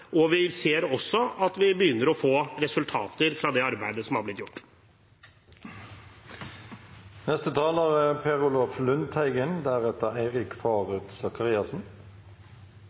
tiltak, vi ønsker å forsterke de tiltakene, og vi ser også at vi begynner å få resultater av det arbeidet som er blitt gjort.